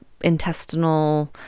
intestinal